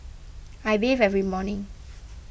I bathe every morning